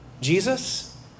Jesus